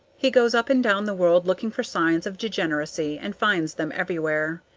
he goes up and down the world looking for signs of degeneracy, and finds them everywhere.